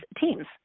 teams